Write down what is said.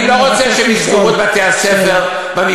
אני לא רוצה שיסגרו את בתי-הספר במגזר